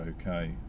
okay